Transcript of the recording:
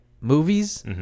movies